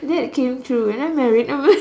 that came true and I married a Malay~